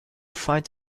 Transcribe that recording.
find